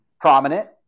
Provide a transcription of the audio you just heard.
prominent